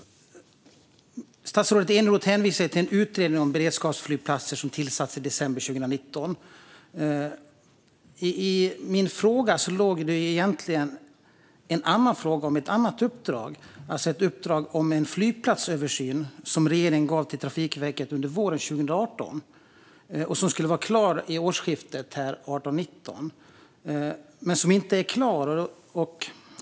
Statsrådet Eneroth hänvisar till en utredning om beredskapsflygplatser som tillsattes i december 2019. I min interpellation låg egentligen en annan fråga om ett annat uppdrag, nämligen om det uppdrag om en flygplatsöversyn som regeringen gav till Trafikverket under våren 2018. Den skulle ha varit klar vid årsskiftet 2018/2019 men är ännu inte klar.